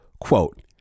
Quote